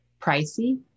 pricey